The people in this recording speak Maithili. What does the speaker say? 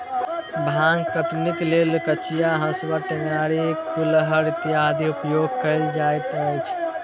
भांग कटनीक लेल कचिया, हाँसू, टेंगारी, कुरिहर इत्यादिक उपयोग कयल जाइत छै